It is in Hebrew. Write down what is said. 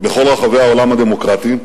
בכל רחבי העולם הדמוקרטי,